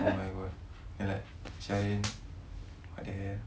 oh my god and like what the hell